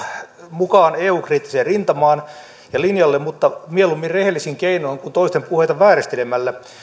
mukaan eu kriittiseen rintamaan ja sille linjalle mutta mieluummin rehellisin keinoin kuin toisten puheita vääristelemällä